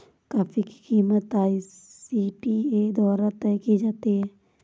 coffee की कीमत ICTA द्वारा तय की जाती है